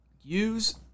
Use